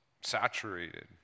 saturated